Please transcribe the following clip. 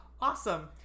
Awesome